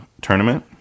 tournament